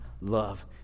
love